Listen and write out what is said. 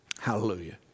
hallelujah